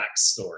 backstory